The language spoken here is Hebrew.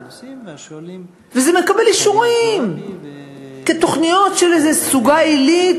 וזה מקבל אישורים כתוכניות של איזו סוגה עילית